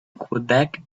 quebec